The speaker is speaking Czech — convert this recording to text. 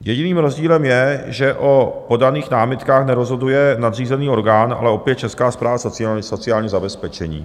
Jediným rozdílem je, že o podaných námitkách nerozhoduje nadřízený orgán, ale opět Česká správa sociálního zabezpečení.